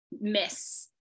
miss